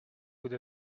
with